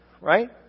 right